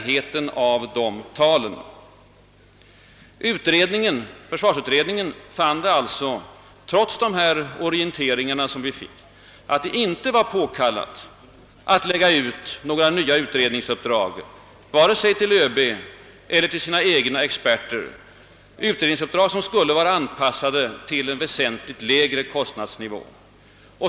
Försvarsutredningen fann alltså, trots de oriente ringar som vi fick, att det inte var påkallat att lägga ut några nya utredningsuppdrag vare sig till ÖB eller till de egna experterna — utredningsuppdrag som skulle vara anpassade till en väsentligt lägre kostnadsnivå.